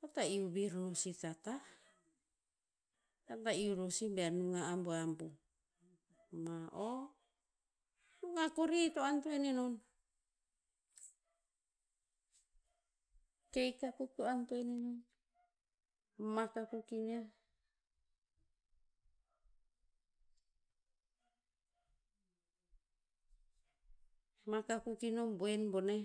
eo ta iu vir no si ta tah. Ea ta iu ror si bear nung a abuabuh, ma o, nung a kori to antoen enon. Cake akuk to antoen enon. Mak akuk iniah. Mak akuk ino boen boneh.